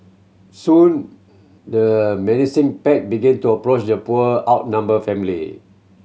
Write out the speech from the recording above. soon the menacing pack began to approach the poor outnumber family